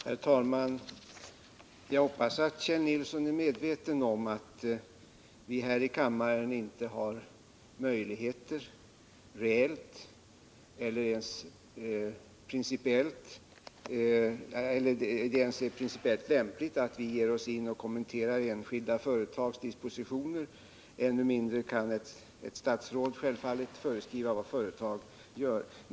Herr talman! Jag hoppas att Kjell Nilsson är medveten om att vi här i kammaren inte har möjligheter och att det heller inte är principiellt lämpligt att gå in och kommentera enskilda företags dispositioner. Ännu mindre kan självfallet ett statsråd föreskriva vad företag skall göra.